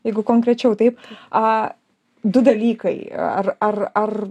jeigu konkrečiau taip a du dalykai ar ar ar